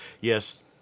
yes